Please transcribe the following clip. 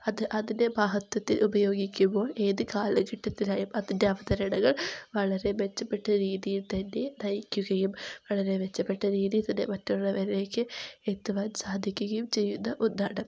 അത് അതിൻ്റെ ഉപയോഗിക്കുമ്പോൾ ഏതു കാലഘട്ടത്തിലായും അതിൻ്റെ അവതരണങ്ങൾ വളരെ മെച്ചപ്പെട്ട രീതിയിൽ തന്നെ നയിക്കുകയും വളരെ മെച്ചപ്പെട്ട രീതിയിൽ തന്നെ മറ്റുള്ളവരിലേയ്ക്ക് എത്തുവാൻ സാധിക്കുകയും ചെയ്യുന്ന ഒന്നാണ്